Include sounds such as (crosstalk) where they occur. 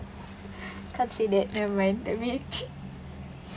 can't say that never mind that we each (laughs)